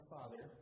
Father